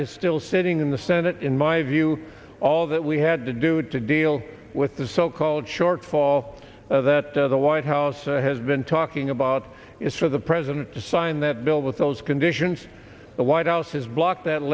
is still sitting in the senate in my view all that we had to do to deal with the so called shortfall that does a white house has been talking about is for the president to sign that bill with those conditions the white house has blocked that